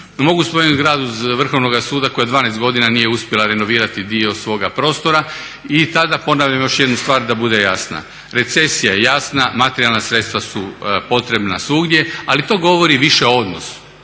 Mogu spomenuti zgradu Vrhovnoga suda koja 12 godina nije uspjela renovirati dio svoga prostora i tada ponavljam još jednu stvar da bude jasna, recesija je jasna, materijalna sredstva su potrebna svugdje, ali to govori više o odnosu,